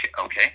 okay